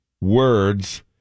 words